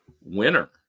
winner